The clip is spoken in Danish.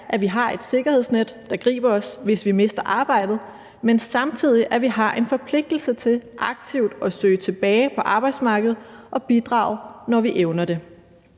at vi har et sikkerhedsnet, der griber os, hvis vi mister arbejdet, men samtidig at vi har en forpligtelse til aktivt at søge tilbage på arbejdsmarkedet og bidrage, når vi evner det.